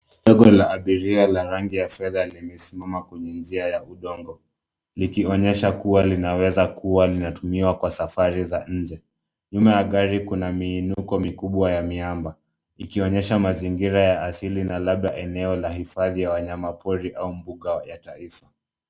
Garo dogo la abiria la rangi ya fedha limesimama kwenye njia ya udongo, likionyesha kuwa linaweza kuwa linatumiwa kwa safari za nje. Nyuma ya gari kuna miinuko mikubwa ya miamba, ikionyesha mazingira ya asili na labda eneo la hifadhi ya wanyama pori au mbuga ya taifa.